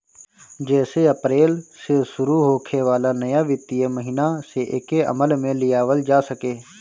जेसे अप्रैल से शुरू होखे वाला नया वित्तीय महिना से एके अमल में लियावल जा सके